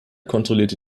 kontrollierte